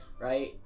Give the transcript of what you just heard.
right